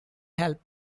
help